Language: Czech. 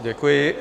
Děkuji.